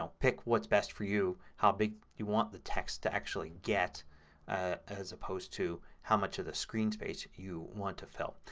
pick what's best for you. how big you want the text to actually get as opposed to how much of the screen space you want to fill.